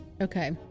Okay